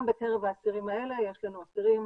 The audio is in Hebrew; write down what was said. גם בקרב האסירים האלה יש לנו אסירים